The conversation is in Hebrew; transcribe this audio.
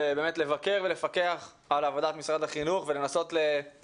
לבקר ולפקח על עבודת משרד החינוך והיינו